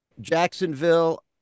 Jacksonville